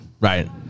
Right